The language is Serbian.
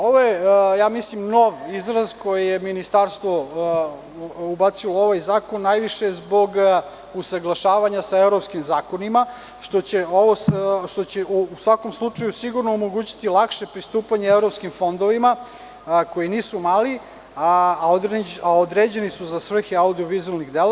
Ovo je nov izraz koji je ubačen u ovaj zakon, najviše zbog usaglašavanja sa evropskim zakonima, što će u svakom slučaju sigurno omogućiti lakše pristupanje evropskim fondovima koji nisu mali, a određeni su za svrhe audio vizuelnih dela.